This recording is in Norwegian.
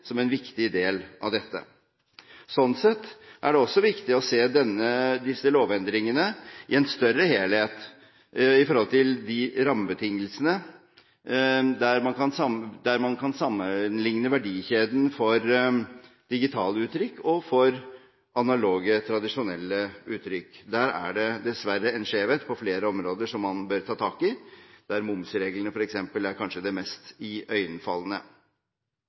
som en viktig del av dette. Sånn sett er det også viktig å se disse lovendringene i en større helhet når det gjelder rammebetingelsene, der man kan sammenligne verdikjeden for digitale uttrykk og for analoge, tradisjonelle uttrykk. Der er det dessverre en skjevhet på flere områder som man bør ta tak i, der momsreglene f.eks. kanskje er det mest iøynefallende. Den vanskelige avveiningen i